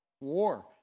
War